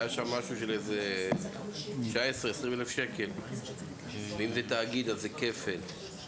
הסכום היה 20,000-19,000 שקל ואם זה תאגיד זה כפל.